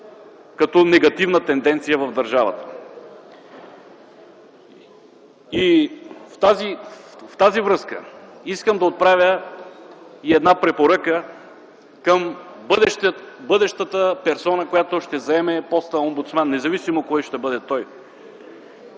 като негативна тенденция в държавата. В тази връзка искам да отправя и една препоръка към бъдещата персона, която ще заеме поста омбудсман, независимо кой ще бъде той.